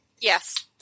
Yes